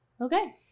Okay